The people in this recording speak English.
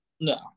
No